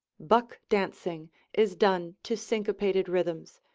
buck-dancing is done to syncopated rhythms,